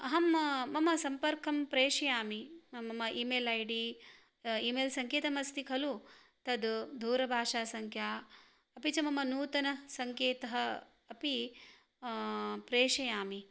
अहं मम सम्पर्कं प्रेषयामि मम email I D email सङ्केतम् अस्ति खलु तत् दूरभाषासङ्ख्या अपि च मम नूतनसङ्केतः अपि प्रेषयामि